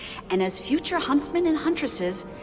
and as future huntsmen and huntresses,